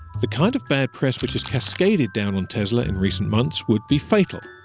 the kind of bad press which has cascaded down on tesla in recent months would be fatal.